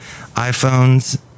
iPhones